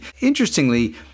Interestingly